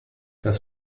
das